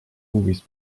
movies